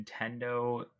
Nintendo